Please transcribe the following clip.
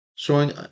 showing